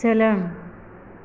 सोलों